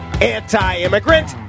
anti-immigrant